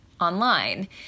online